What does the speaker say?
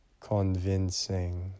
convincing